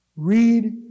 Read